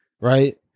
right